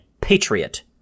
patriot